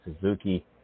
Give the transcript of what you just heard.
Suzuki